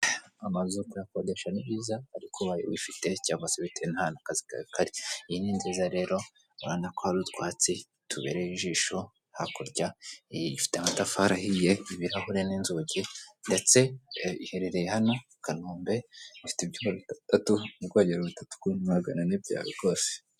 Amazu kuyakodesha ni byiza ariko ubaye wifite cyaba bitewe n'ahantu akazi kari iyi ni nziza rero urabona ko hari utwatsi tubereye ijisho hakurya ifite amatafari ahiye ibirahure n'inzugi ndetse iherereye hano i Kanombe ifite ibyumba bitandatu n'ubwogero butatu ku ibihumbi magana ane byawe rwose.